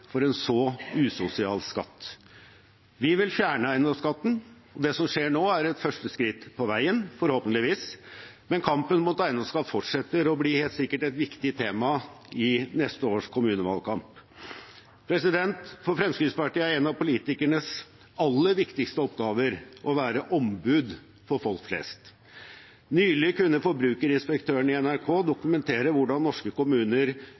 for en så usosial skatt. Vi vil fjerne eiendomsskatten. Det som skjer nå, er et første skritt på veien – forhåpentligvis. Men kampen mot eiendomsskatten fortsetter, og blir helt sikkert et viktig tema i neste års kommunevalgkamp. For Fremskrittspartiet er en av politikernes aller viktigste oppgaver å være ombud for folk flest. Nylig kunne Forbrukerinspektørene i NRK dokumentere hvordan norske kommuner